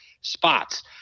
spots